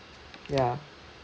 ya